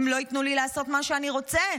הם לא ייתנו לי לעשות מה שאני רוצה,